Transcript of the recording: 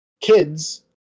kids